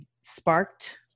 sparked